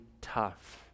tough